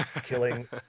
killing